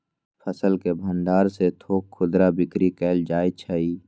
फसल के भण्डार से थोक खुदरा बिक्री कएल जाइ छइ